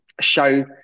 show